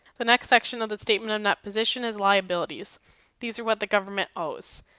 the next section of the statement of net position is liabilities these are what the government owes,